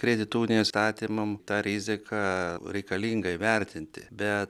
kredito unijos įstatymam tą riziką reikalinga įvertinti be